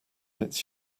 its